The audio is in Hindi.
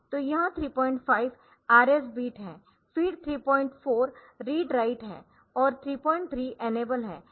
तो यह 35 RS बिट है फिर 34 रीड राइट है और 33 इनेबल है